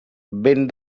ben